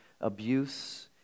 abuse